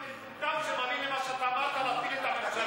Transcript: אני לא מאמין שהעם מטומטם להאמין למה שאתה אמרת: להפיל את הממשלה.